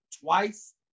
twice